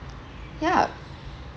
yup